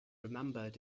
remembered